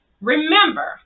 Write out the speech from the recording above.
Remember